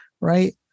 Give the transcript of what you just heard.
right